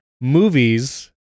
movies